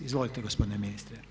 Izvolite gospodine ministre.